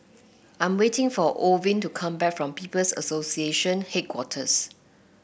I am waiting for Orvin to come back from People's Association Headquarters